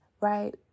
right